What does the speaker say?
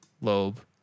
lobe